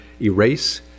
erase